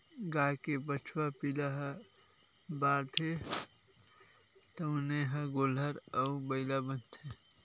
गाय के बछवा पिला ह बाढ़थे तउने ह गोल्लर अउ बइला बनथे